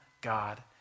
God